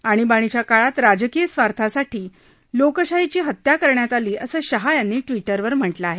आणीबाणीच्या काळात राजकीय स्वार्थासाठी लोकशाहीची हत्या करण्यात आली असं शहा यांनी ट्विटरवर म्हटलं आहे